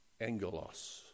angelos